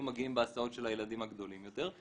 מגיעים בהסעות של הילדים הגדולים יותר,